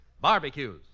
barbecues